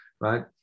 Right